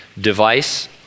device